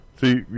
See